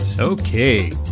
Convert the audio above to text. okay